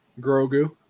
Grogu